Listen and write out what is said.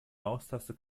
maustaste